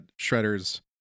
Shredder's